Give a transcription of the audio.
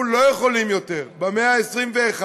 אנחנו לא יכולים יותר, במאה ה-21,